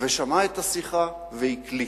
ושמע את השיחה, והקליט.